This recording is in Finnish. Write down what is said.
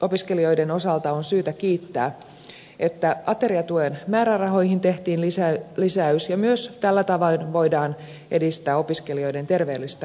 korkeakouluopiskelijoiden osalta on syytä kiittää että ateriatuen määrärahoihin tehtiin lisäys ja myös tällä tavoin voidaan edistää opiskelijoiden terveellistä ruokavaliota